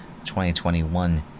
2021